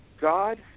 God